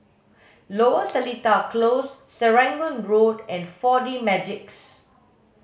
Lower Seletar Close Serangoon Road and four D Magix